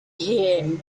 here